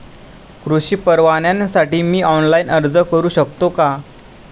कृषी परवान्यासाठी मी ऑनलाइन अर्ज करू शकतो का?